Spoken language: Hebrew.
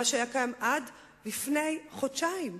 מה שהיה קיים עד לפני חודשיים.